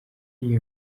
iyi